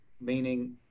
meaning